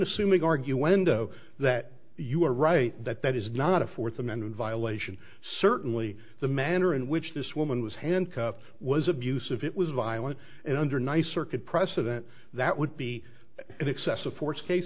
assuming argue endo that you are right that that is not a fourth amendment violation certainly the manner in which this woman was handcuffed was abusive it was violent and under nice circuit precedent that would be an excessive force case